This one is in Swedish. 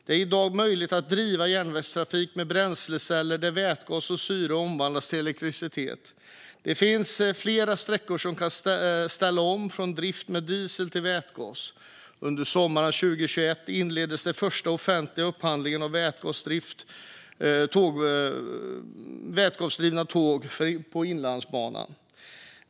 Det är i dag möjligt att driva järnvägstrafik med bränsleceller där vätgas och syre omvandlas till elektricitet. Det finns flera sträckor som kan ställa om från drift med diesel till vätgas. Under sommaren 2021 inleddes den första offentliga upphandlingen av vätgasdrivna tåg på Inlandsbanan.